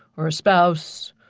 or a spouse,